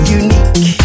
unique